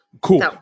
Cool